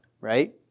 right